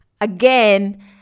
again